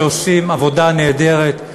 שעושים עבודה נהדרת,